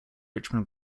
richman